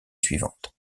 suivante